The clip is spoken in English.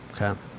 Okay